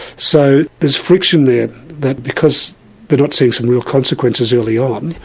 so there's friction there, that because they're not seeing some real consequences early on.